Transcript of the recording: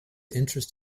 interest